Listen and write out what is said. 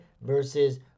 versus